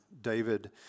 David